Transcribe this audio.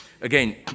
again